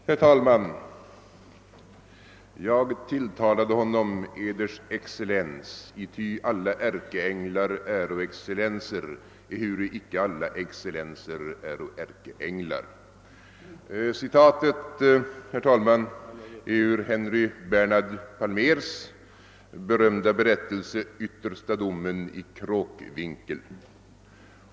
Herr talman! »Jag tilltalade honom Eders Excellens, ithy alla ärkeänglar äro excellenser, ehuru icke alla excellenser äro ärkeänglar.» Citatet är, herr talman, hämtat ur Henric Bernhard Palmers Yttersta domen i Kråkvinkel.